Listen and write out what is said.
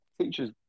Teachers